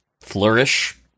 flourish